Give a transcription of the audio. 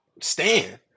stand